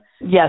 yes